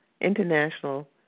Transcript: international